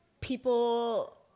people